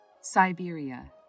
Siberia